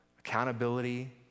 accountability